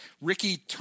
Ricky